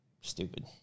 stupid